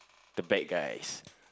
the bad guys